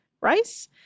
rice